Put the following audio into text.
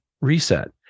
reset